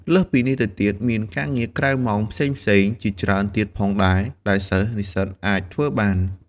លើសពីនេះទៅទៀត មានការងារក្រៅម៉ោងផ្សេងៗជាច្រើនទៀតផងដែរ ដែលសិស្សនិស្សិតអាចធ្វើបាន។